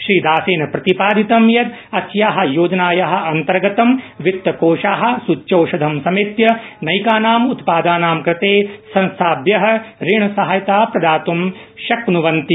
श्रीदासेन प्रतिपादित यत अस्या योजनाया अंतर्गत वितकोषा सृच्यौषधं समेत्य नैकानां उत्पादानां कते संस्थाभ्य ऋणसहायता प्रदात ं शक्नुवन्ति